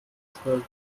zwölf